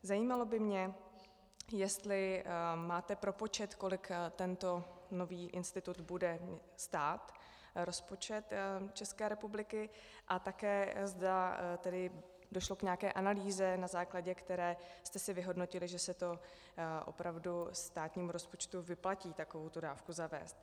Zajímalo by mě, jestli máte propočet, kolik tento nový institut bude stát rozpočet České republiky a také zda došlo k nějaké analýze, na základě které jste si vyhodnotili, že se opravdu státnímu rozpočtu vyplatí takovouto dávku zavést.